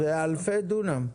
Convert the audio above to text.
זה אלפי דונם.